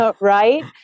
Right